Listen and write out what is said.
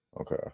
Okay